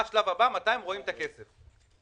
ידי היועצת המשפטית והמנכ"ל של משרד החקלאות.